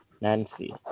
Nancy